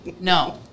no